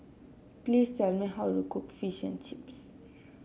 please tell me how to cook Fish and Chips